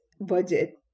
budget